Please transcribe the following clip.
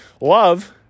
love